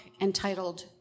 entitled